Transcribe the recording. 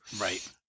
right